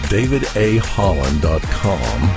DavidAHolland.com